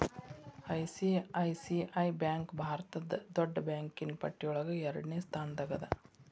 ICICI bank ಭಾರತದ್ ದೊಡ್ಡ್ ಬ್ಯಾಂಕಿನ್ನ್ ಪಟ್ಟಿಯೊಳಗ ಎರಡ್ನೆ ಸ್ಥಾನ್ದಾಗದ